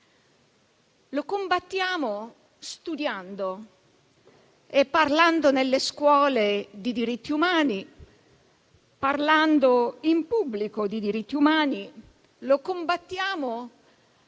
Lo combattiamo studiando e parlando nelle scuole di diritti umani, parlando in pubblico di diritti umani. E lo combattiamo